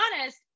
honest